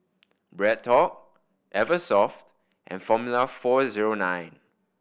BreadTalk Eversoft and Formula Four Zero Nine